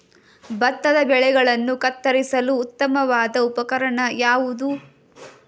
ಭತ್ತದ ಬೆಳೆಗಳನ್ನು ಕತ್ತರಿಸಲು ಉತ್ತಮವಾದ ಉಪಕರಣ ಯಾವುದು?